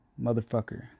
motherfucker